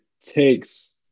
takes